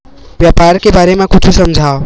व्यापार के बारे म कुछु समझाव?